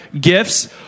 gifts